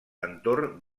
entorn